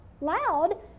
loud